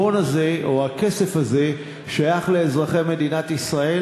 ההון הזה או הכסף הזה שייך לאזרחי מדינת ישראל.